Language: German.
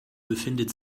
befindet